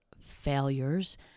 failures